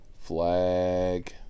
Flag